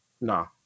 No